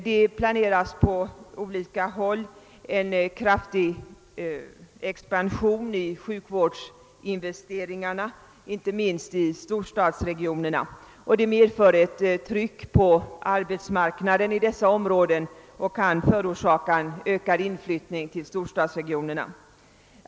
På olika håll planeras det en kraftig expansion när det gäller sjukvårdsinvesteringarna, inte minst i storstadsregionerna. Detta medför ett tryck på arbetsmarknaden i dessa områden och kan förorsaka ökad inflyttning till storstadsregionerna.